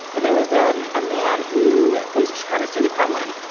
there was a um ah man who was trying to sue the kremlin.